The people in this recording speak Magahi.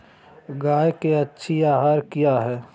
गाय के अच्छी आहार किया है?